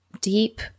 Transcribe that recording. deep